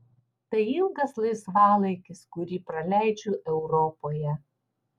tai ilgas laisvalaikis kurį praleidžiu europoje